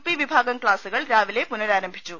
P വിഭാഗം ക്ലാസ്സുകൾ രാവിലെ പുനരാരംഭിച്ചു